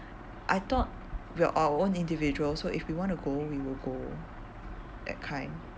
I thought we are our own individual so if we wanna go we will go that kind